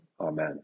Amen